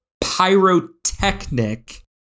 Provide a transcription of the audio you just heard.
pyrotechnic